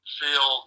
feel